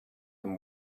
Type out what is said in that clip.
them